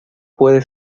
puede